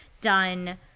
done